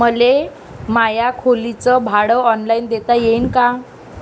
मले माया खोलीच भाड ऑनलाईन देता येईन का?